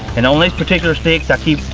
and on these particular sticks i keep,